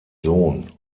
sohn